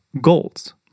goals